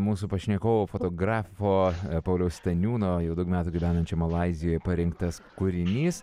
mūsų pašnekovo fotografo pauliaus staniūno jau daug metų gyvenančio malaizijoje parinktas kūrinys